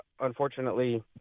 unfortunately